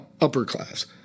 upper-class